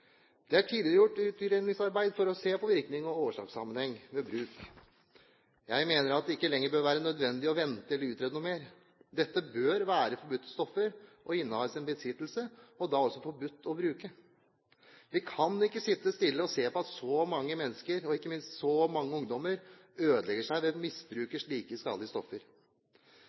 Det er tidligere gjort et utredningsarbeid for å se på virkning og årsakssammenheng ved bruk. Jeg mener at det ikke lenger bør være nødvendig å vente eller utrede noe mer. Dette bør være forbudte stoffer å ha i sin besittelse og da også forbudt å bruke. Vi kan ikke sitte stille og se på at så mange mennesker og ikke minst at så mange ungdommer ødelegger seg ved å misbruke slike skadelige stoffer.